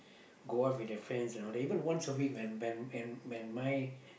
go out with their friends and all that even once in a week when when when my